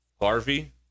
Harvey